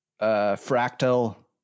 fractal